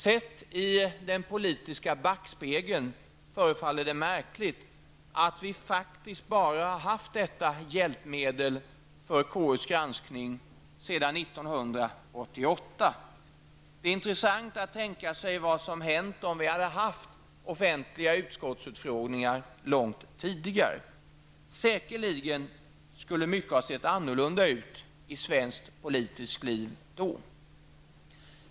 Sett i den politiska backspegeln förefaller det märkligt att vi faktiskt bara har haft detta hjälpmedel för KUs granskning sedan 1988. Det är intressant att tänka sig vad som hänt om vi hade haft offentliga utskottsutfrågningar långt tidigare. Säkerligen skulle mycket ha sett annorlunda ut i svenskt politiskt liv då.